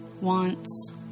wants